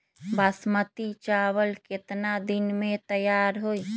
बासमती चावल केतना दिन में तयार होई?